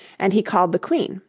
and he called the queen,